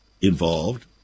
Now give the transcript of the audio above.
involved